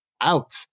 out